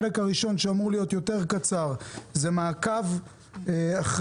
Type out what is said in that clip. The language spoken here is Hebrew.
החלק הראשון שאמור להיות יותר קצר הוא בנושא מעקב אחר